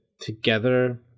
together